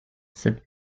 cette